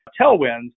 tailwinds